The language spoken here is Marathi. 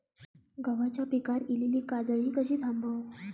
गव्हाच्या पिकार इलीली काजळी कशी थांबव?